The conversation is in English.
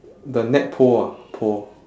the net pole ah pole